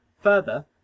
Further